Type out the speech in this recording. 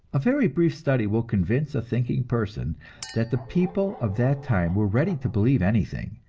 a very brief study will convince a thinking person that the people of that time were ready to believe anything,